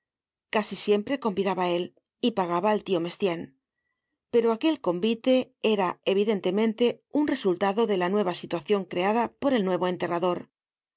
casi siempre convidaba él y pagaba el tio mestienne pero aquel convite era evidentemente un resultado de la nueva situacion creada por el nuevo enterrador le